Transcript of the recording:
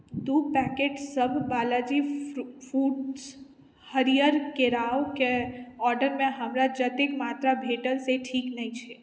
दू पैकेटसभ Balaji fruit fruits हरियर केरावके ऑर्डरमे हमरा जतेक मात्रा भेटल से ठीक नहि छै